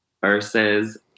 versus